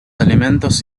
alimentos